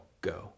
go